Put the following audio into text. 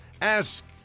Ask